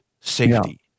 Safety